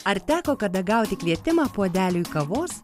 ar teko kada gauti kvietimą puodeliui kavos